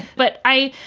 but i,